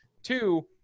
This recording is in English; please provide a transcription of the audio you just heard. Two